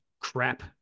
crap